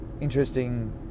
interesting